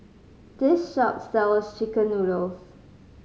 this shop sells chicken noodles